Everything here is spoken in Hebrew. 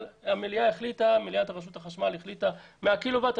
אבל מליאת רשות החשמל החליטה על 100 קילוואט,